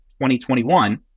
2021